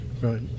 Right